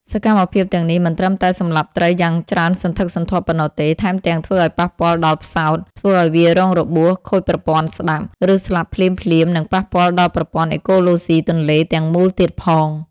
សកម្មភាពទាំងនេះមិនត្រឹមតែសម្លាប់ត្រីយ៉ាងច្រើនសន្ធឹកសន្ធាប់ប៉ុណ្ណោះទេ ថែមទាំងធ្វើឲ្យប៉ះពាល់ដល់ផ្សោត ធ្វើឲ្យវារងរបួស ខូចប្រព័ន្ធស្តាប់ ឬស្លាប់ភ្លាមៗ និងប៉ះពាល់ដល់ប្រព័ន្ធអេកូឡូស៊ីទន្លេទាំងមូលទៀតផង។